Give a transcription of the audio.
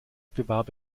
bewarb